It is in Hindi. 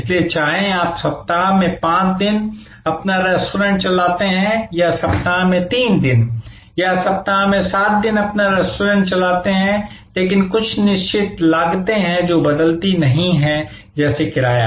इसलिए चाहे आप सप्ताह में 5 दिन अपना रेस्तरां चलाते हैं या सप्ताह में 3 दिन या सप्ताह में 7 दिन अपना रेस्तरां चलाते हैं लेकिन कुछ निश्चित लागतें हैं जो बदलती नहीं है जैसे किराया